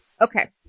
Okay